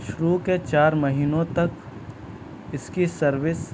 شروع کے چار مہینوں تک اس کی سروس